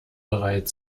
bereit